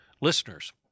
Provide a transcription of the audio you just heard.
listeners